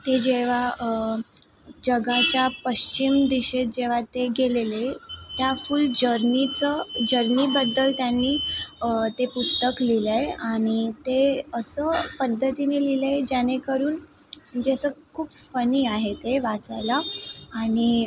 ते जेव्हा जगाच्या पश्चिम दिशेत जेव्हा ते गेलेले त्या फुल जर्नीचं जर्नीबद्दल त्यांनी ते पुस्तक लिहिलं आहे आणि ते असं पद्धतीने लिहिलं आहे जेणेकरून म्हणजे असं खूप फनी आहे ते वाचायला आणि